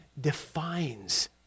defines